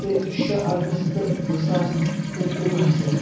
شیٚے اَگست زٕ ساس تہٕ ترُٛوُ ہَس حظ